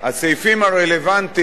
הסעיפים הרלוונטיים